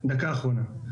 דקה אחרונה.